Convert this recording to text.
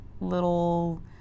little